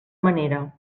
manera